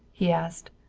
he asked.